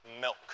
milk